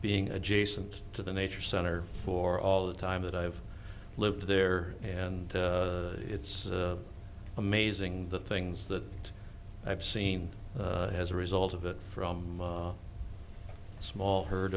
being adjacent to the nature center for all the time that i've lived there and it's amazing the things that i've seen as a result of it from a small herd